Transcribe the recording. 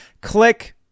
click